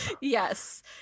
Yes